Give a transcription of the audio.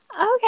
Okay